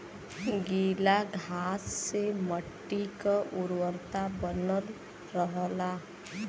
गीला घास से मट्टी क उर्वरता बनल रहला